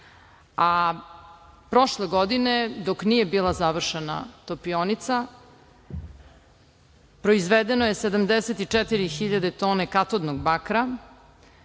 a prošle godine, dok nije bila završena topionica, proizvedeno je 74 hiljade tona katodnog bakra,